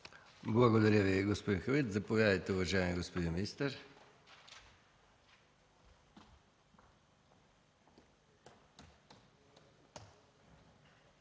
Благодаря Ви, господин Халит. Заповядайте, уважаеми господин министър.